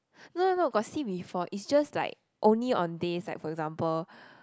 no no no got see before it's just like only on days that for example